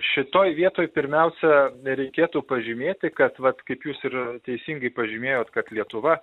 šitoj vietoj pirmiausia reikėtų pažymėti kad vat kaip jūs ir teisingai pažymėjot kad lietuva